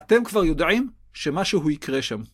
אתם כבר יודעים שמשהו יקרה שם.